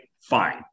fine